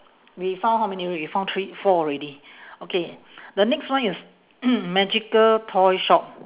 we found how many already we found three four already okay the next one is magical toy shop